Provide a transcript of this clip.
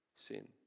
Sin